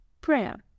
prayer